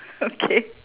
okay